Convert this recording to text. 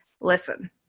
listen